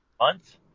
month